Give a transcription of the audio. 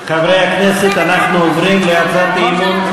חברי הכנסת, אנחנו עוברים להצעת אי-אמון,